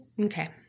Okay